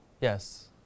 yes